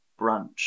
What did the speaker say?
brunch